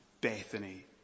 Bethany